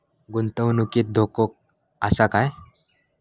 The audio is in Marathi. गुंतवणुकीत धोको आसा काय?